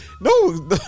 No